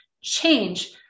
change